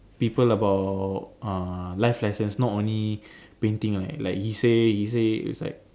people about uh life lessons not only painting like like he say he say it's like